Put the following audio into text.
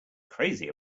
crazy